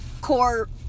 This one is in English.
core